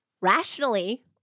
rationally